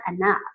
enough